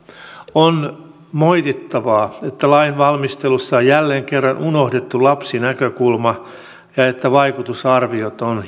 on moitittavaa että lainvalmistelussa on jälleen kerran unohdettu lapsinäkökulma ja että vaikutusarviot on